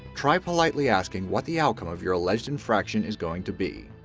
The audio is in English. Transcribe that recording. try politely asking what the outcome of your alleged infraction is going to be.